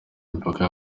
imipaka